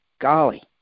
golly